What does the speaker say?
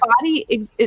body